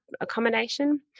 accommodation